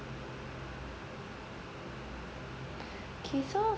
okay so